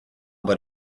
but